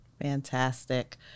Fantastic